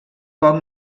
poc